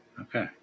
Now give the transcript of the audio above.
Okay